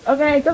Okay